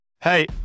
Hey